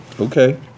Okay